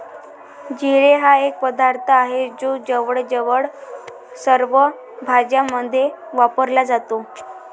जिरे हा एक पदार्थ आहे जो जवळजवळ सर्व भाज्यांमध्ये वापरला जातो